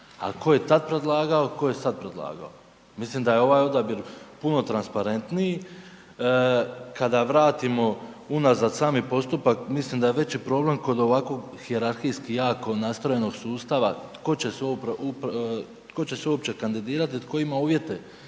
tko je tad predlagao, a tko je sad predlagao? Mislim da je ovaj odabir puno transparentniji. Kada vratimo unazad sami postupak, mislim da je veći problem kod ovakvog hijerarhijski jako nastrojenog sustava, tko će se uopće kandidirati, tko ima uvjete